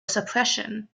suppression